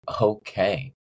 okay